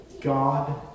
God